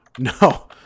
No